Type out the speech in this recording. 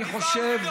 אני חושב,